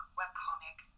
webcomic